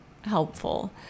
helpful